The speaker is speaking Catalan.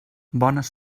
bones